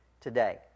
today